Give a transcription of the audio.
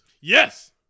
Yes